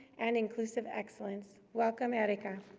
and inclusive excellence. welcome, erica.